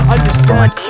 Understand